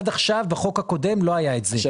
עד עכשיו בחוק הקודם לא היה את זה,